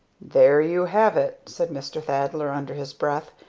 there you have it! said mr. thaddler, under his breath.